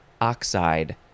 oxide